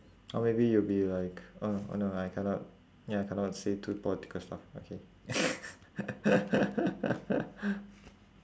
or maybe you'll be like oh oh no I cannot ya cannot say too political stuff okay